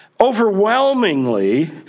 overwhelmingly